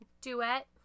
Duet